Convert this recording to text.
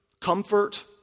comfort